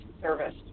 service